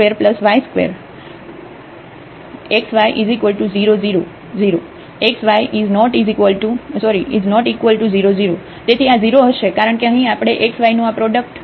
fxyxyx2y2xy00 0xy≠00 તેથી આ 0 હશે કારણ કે અહીં આપણે x y નું આ પ્રોડક્ટ પ્રોડક્ટ જોઈ શકીએ છીએ